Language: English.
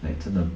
like 真的